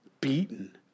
beaten